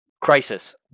Crisis